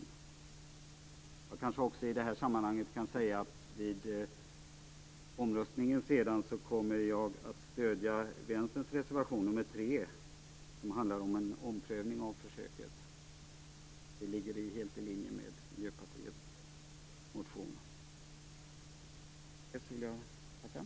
Jag kan kanske också i det här sammanhanget säga att vid omröstningen kommer jag att stödja Vänsterns reservation nr 3, som handlar om en omprövning av försöket. Det ligger helt i linje med Miljöpartiets motion.